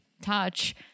touch